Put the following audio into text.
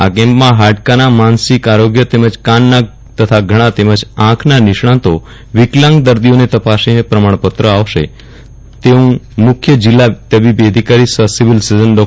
આ કેમ્પઓમાંડકાના માનસિક આરોગ્યા તેમજ કાન નાક તથા ગળા તેમજ આંખ ના નિષ્ણાં તો વિકલાંગ દર્દીઓને તપાસીને પ્રમાણપત્ર આપશે તેવું મુખ્ય જિલ્લા તબીબી અધિકારી સફ સિવિલ સર્જન ડો